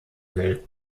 will